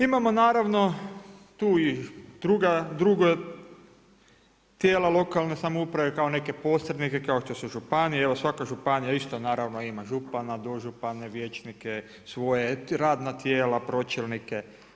Imamo naravno tu i druga tijela lokalne samouprave kao neke posrednike, kao što su županije, evo svaka županija isto naravno ima župana, dožupana, vijećnike, radna tijela, pročelnike.